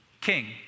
King